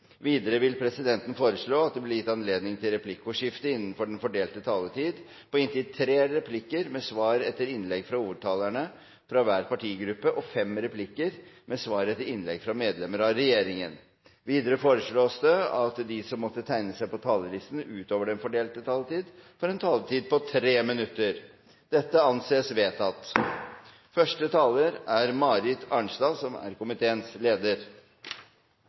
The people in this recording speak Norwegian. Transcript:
Videre vil presidenten foreslå at det blir gitt anledning til replikkordskifte på inntil tre replikker med svar etter innlegg fra hovedtalerne fra hver partigruppe og inntil fem replikker med svar etter innlegg fra medlemmer av regjeringen innenfor den fordelte taletid. Videre foreslås det at de som måtte tegne seg på talerlisten utover den fordelte taletiden, får en taletid på inntil 3 minutter. – Det anses vedtatt. Næringspolitikken er